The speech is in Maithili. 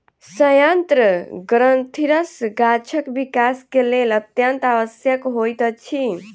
सयंत्र ग्रंथिरस गाछक विकास के लेल अत्यंत आवश्यक होइत अछि